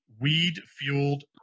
weed-fueled